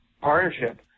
partnership